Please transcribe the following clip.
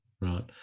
right